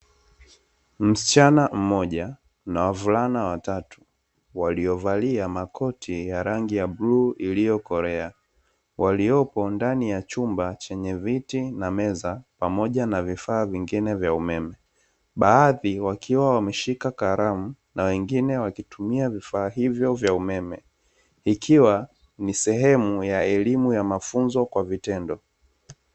Msichana mmoja na wavulana watatu waliovalia makoti ya rangi ya bluu iliyo kolea, waliopo ndani ya chumba chenye viti na meza pamoja na vifaa vingine vya umeme. Baadhi wakiwa wameshika karamu na wengine wakitumia vifaa hivyo vya umeme ikiwa ni sehemu ya elimuya mafunzo kwa vitendo.